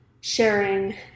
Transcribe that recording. sharing